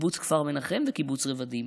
קיבוץ כפר מנחם וקיבוץ רבדים.